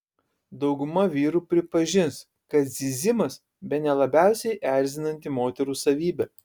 dauguma vyrų pripažins kad zyzimas bene labiausiai erzinanti moterų savybė